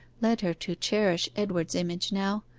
led her to cherish edward's image now,